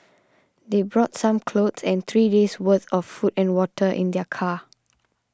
they brought some clothes and three days' worth of food and water in their car